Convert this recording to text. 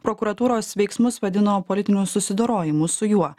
prokuratūros veiksmus vadino politiniu susidorojimu su juo